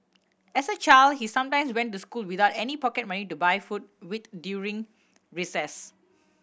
as a child he sometimes went to school without any pocket money to buy food with during recess